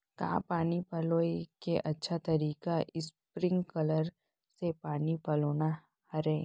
का पानी पलोय के अच्छा तरीका स्प्रिंगकलर से पानी पलोना हरय?